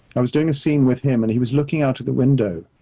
i was doing a scene with him, and he was looking out the window,